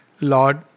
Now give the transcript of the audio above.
Lord